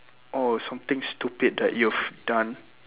oh something stupid that you've done